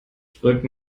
drück